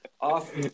off